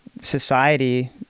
society